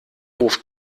hof